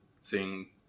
seeing